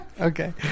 Okay